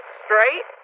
straight